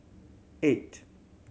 eight